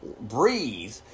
breathe